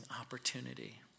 opportunity